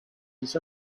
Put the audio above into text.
its